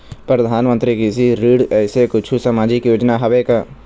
परधानमंतरी कृषि ऋण ऐसे कुछू सामाजिक योजना हावे का?